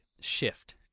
shift